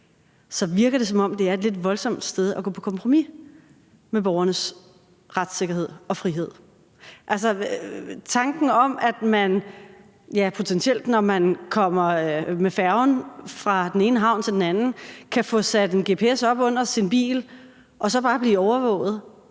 så virker det, som om det er et lidt voldsomt sted at gå på kompromis med borgernes retssikkerhed og frihed. Tanken om, at man, når man kommer med færgen fra den ene havn til den anden, potentielt kan få sat en gps op under sin bil og så bare blive overvåget,